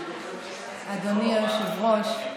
אדוני היושב-ראש,